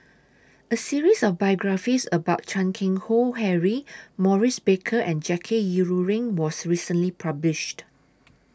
A series of biographies about Chan Keng Howe Harry Maurice Baker and Jackie Yi Ru Ying was recently published